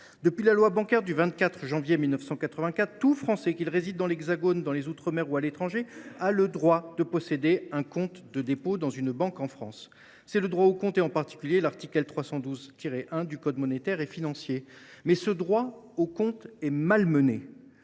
Depuis la loi bancaire du 24 janvier 1984, tout Français, qu’il réside dans l’Hexagone, dans les outre mer ou à l’étranger, a le droit de posséder un compte de dépôt dans une banque en France. C’est le droit au compte, prévu en particulier par l’article L. 312 1 du code monétaire et financier. Mais ce droit au compte est malmené.